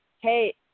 Hey